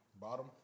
Bottom